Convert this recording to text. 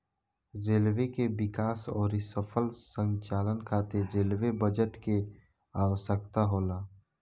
railway के विकास अउरी सफल संचालन खातिर रेलवे बजट के आवसकता होला